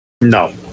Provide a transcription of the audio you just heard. No